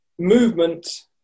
movement